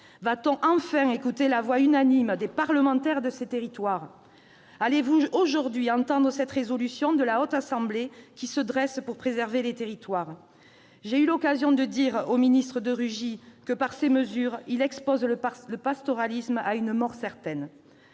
Va-t-on enfin écouter la voix unanime des parlementaires de ces territoires ? Allez-vous aujourd'hui entendre cette proposition de résolution de la Haute Assemblée qui se dresse pour préserver les territoires ? J'ai eu l'occasion de dire au ministre François de Rugy que, par ces mesures, il expose le pastoralisme à une mort certaine.